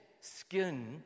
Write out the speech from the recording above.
skin